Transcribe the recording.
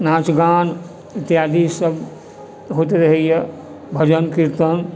नाचगान इत्यादि सभ होइत रहैए भजन कीर्तन